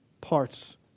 parts